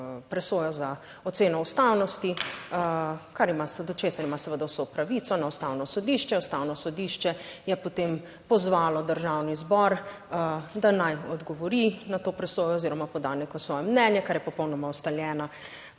presojo za oceno ustavnosti, kar ima, do česar ima seveda vso pravico, na Ustavno sodišče. Ustavno sodišče je potem pozvalo Državni zbor, da naj odgovori na to presojo oziroma poda neko svoje mnenje, kar je popolnoma ustaljena